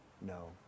no